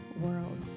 world